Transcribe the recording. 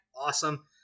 Awesome